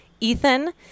Ethan